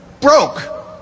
broke